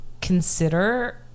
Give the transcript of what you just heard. consider